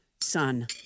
Son